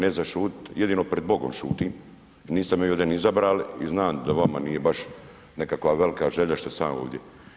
Neću zašutiti, jedino pred Bogom šutim i niste mi ovdje ni izabrali i znam da vama nije baš nekakva velika želja što sam ja ovdje.